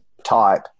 type